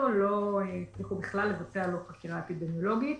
לא הצליחו בכלל לבצע לו חקירה אפידמיולוגית.